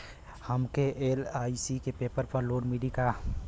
हमके एल.आई.सी के पेपर पर लोन मिली का?